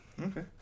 Okay